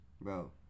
Bro